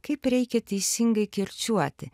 kaip reikia teisingai kirčiuoti